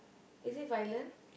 is it violent